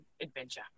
adventure